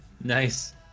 Nice